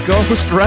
Ghost